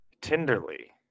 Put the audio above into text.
tenderly